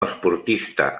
esportista